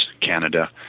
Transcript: Canada